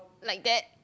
like that